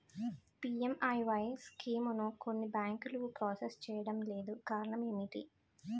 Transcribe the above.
PMAY స్కీమును కొన్ని బ్యాంకులు ప్రాసెస్ చేయడం లేదు కారణం ఏమిటి?